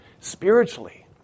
spiritually